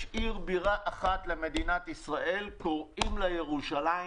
יש עיר בירה אחת למדינת ישראל, קוראים לה ירושלים,